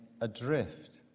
adrift